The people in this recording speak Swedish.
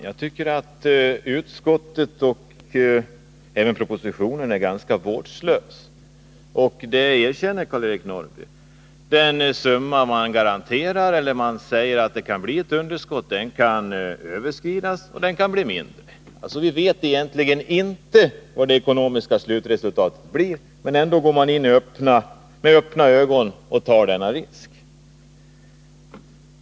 Herr talman! Jag tycker att man är ganska vårdslös i betänkandet och även i propositionen. Karl-Eric Norrby erkänner också att underskottet kan bli större än det beräknade, men det kan också bli mindre. Vi vet alltså egentligen inte vad det ekonomiska slutresultatet blir. Ändå tar man med öppna ögon denna risk.